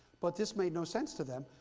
but this made no sense to them,